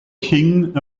king